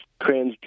transgender